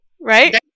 right